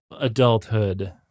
adulthood